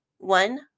One